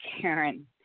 Karen